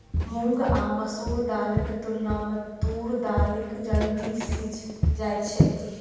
मूंग आ मसूर दालिक तुलना मे तूर दालि जल्दी सीझ जाइ छै